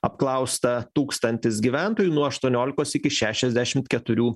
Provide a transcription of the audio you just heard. apklausta tūkstantis gyventojų nuo aštuoniolikos iki šešiasdešimt keturių